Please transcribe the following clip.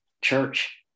church